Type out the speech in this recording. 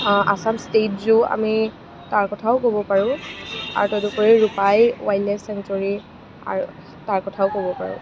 Assam state zoo আমি তাৰ কথাও ক'ব পাৰোঁ আৰু তদুপৰি ৰূপাই ৱাইল্ড লাইফ চেংচুৰি আৰু তাৰ কথাও ক'ব পাৰোঁ